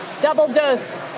Double-dose